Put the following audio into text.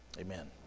Amen